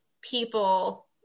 people